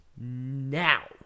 now